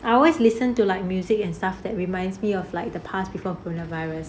I always listen to like music and stuff that reminds me of like the past before corona virus